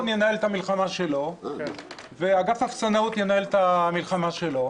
ינהל את המלחמה שלו ואגף אפסנאות ינהל את המלחמה שלו